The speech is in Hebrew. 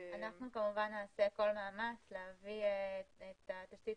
אנחנו כמובן נעשה כל מאמץ להביא את התשתית